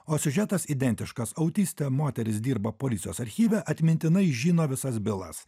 o siužetas identiškas autistė moteris dirba policijos archyve atmintinai žino visas bylas